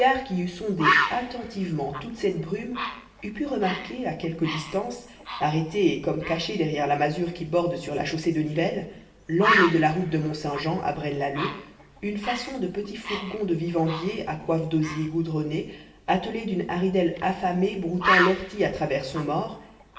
qui eût sondé attentivement toute cette brume eût pu remarquer à quelque distance arrêté et comme caché derrière la masure qui borde sur la chaussée de nivelles l'angle de la route de mont-saint-jean à braine lalleud une façon de petit fourgon de vivandier à coiffe d'osier goudronnée attelé d'une haridelle affamée broutant l'ortie à travers son mors